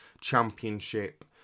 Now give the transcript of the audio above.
championship